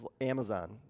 Amazon